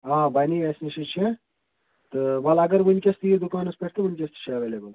آ بَنی اَسہِ نِش اَسہِ نِش ہے چھِ تہٕ وَلہٕ اگر وُنکٮ۪س تہِ یِیِو دُکانَس پٮ۪ٹھ تہٕ وُنکٮ۪س تہِ چھِ ایٚویلیبُل